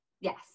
Yes